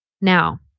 now